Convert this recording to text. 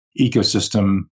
ecosystem